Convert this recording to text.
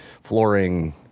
flooring